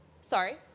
sorry